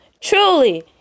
truly